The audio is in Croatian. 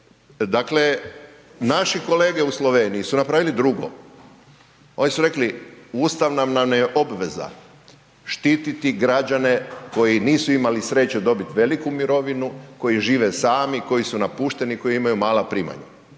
Dakle, naši kolege u Sloveniji su napravili drugo, oni su rekli ustavna nam je obveza štititi građane koji nisu imali sreće dobiti veliku mirovinu, koji žive sami, koji su napušteni, koji imaju mala primanja,